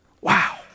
Wow